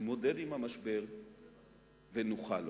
נתמודד עם המשבר ונוכל לו.